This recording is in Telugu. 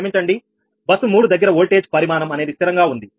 క్షమించండి బస్సు 3 దగ్గర వోల్టేజ్ పరిమాణం అనేది స్థిరంగా ఉంది